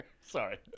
Sorry